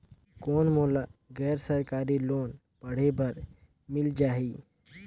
कौन मोला गैर सरकारी लोन पढ़े बर मिल जाहि?